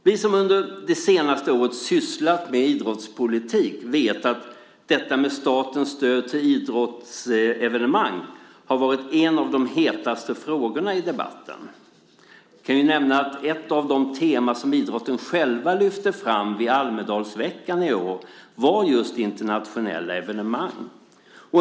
Vi som under det senaste året har sysslat med idrottspolitik vet att detta med statens stöd till idrottsevenemang har varit en av de hetaste frågorna i debatten. Jag kan nämna att ett av de teman som idrotten själv lyfte fram vid Almedalsveckan i år var just internationella evenemang.